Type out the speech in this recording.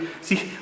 See